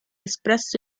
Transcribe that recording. espresso